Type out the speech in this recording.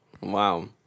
Wow